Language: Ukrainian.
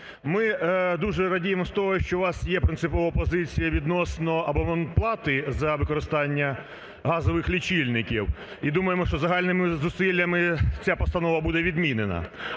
Ми дуже радіємо з того, що у вас є принципова позиція відносно абонплати за використання газових лічильників і, думаємо, що загальними зусиллями ця постанова буде відмінена.